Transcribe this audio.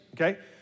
okay